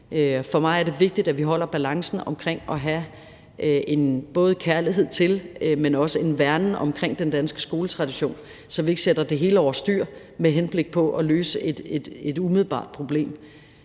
For mig er det vigtigt, at vi holder balancen omkring både at have en kærlighed til, men også at værne om den danske skoletradition, så vi ikke sætter det hele over styr med henblik på at løse et umiddelbart problem.